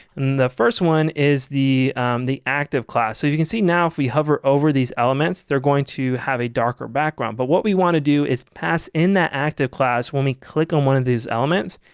the first one is the the active class. so you can see now if we hover over these elements they're going to have a darker background, but what we want to do is pass in that active class when we click on one of these elements.